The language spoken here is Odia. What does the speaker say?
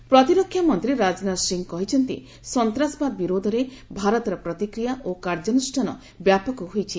ରାଜନାଥ ସିଂହ ପ୍ରତିରକ୍ଷା ମନ୍ତ୍ରୀ ରାଜନାଥ ସିଂ କହିଛନ୍ତି ସନ୍ତାସବାଦ ବିରୋଧରେ ଭାରତର ପ୍ରତିକ୍ରିୟା ଓ କାର୍ଯ୍ୟାନୃଷ୍ଣାନ ବ୍ୟାପକ ହୋଇଛି